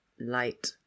light